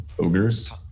Ogres